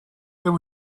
there